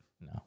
No